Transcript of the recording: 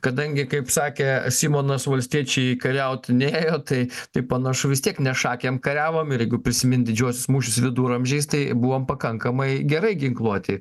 kadangi kaip sakė simonas valstiečiai kariaut nėjo tai taip panašu vis tiek ne šakėm kariavom ir jeigu prisimint didžiuosius mūšius viduramžiais tai buvom pakankamai gerai ginkluoti